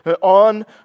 on